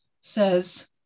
says